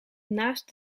naast